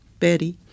Betty